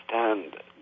understand